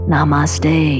Namaste